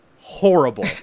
horrible